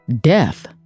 death